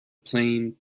plane